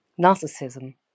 Narcissism